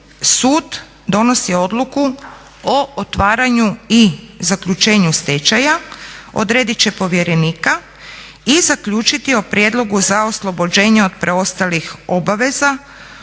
sud donosi odluku o otvaranju i zaključenju stečaja, odredit će povjerenika i zaključiti o prijedlogu za oslobođenje od preostalih obaveza